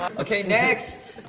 okay, next.